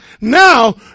Now